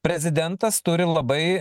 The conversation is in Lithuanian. prezidentas turi labai